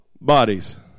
bodies